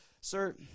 sir